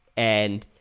and